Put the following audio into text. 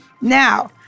Now